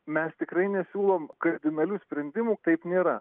mes tikrai nesiūlom kardinalių sprendimų taip nėra